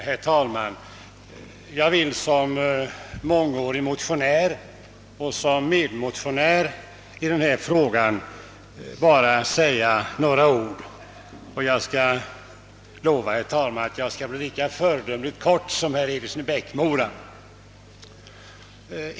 Herr talman! Jag vill såsom mångårig motionär och nu såsom medmotionär i denna fråga bara säga några ord. Jag lovar, herr talman, att jag skall bli lika föredömligt kortfattad som herr Eriksson i Bäckmora.